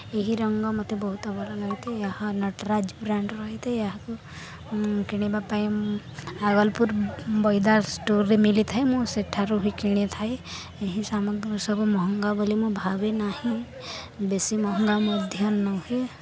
ଏହି ରଙ୍ଗ ମୋତେ ବହୁତ ଭଲ ଲାଗିଥାଏ ଏହା ନଟରାଜ ବ୍ରାଣ୍ଡ୍ ରହିଥାଏ ଏହାକୁ କିଣିବା ପାଇଁ ଆଗଲ୍ପୁର୍ ବହିଦାର୍ ଷ୍ଟୋର୍ରେ ମିଲିଥାଏ ମୁଁ ସେଠାରୁ ହିଁ କିଣିଥାଏ ଏହି ସାମଗ୍ରୀ ସବୁ ମହଙ୍ଗା ବୋଲି ମୁଁ ଭାବେ ନାହିଁ ବେଶୀ ମହଙ୍ଗା ମଧ୍ୟ ନୁହେଁ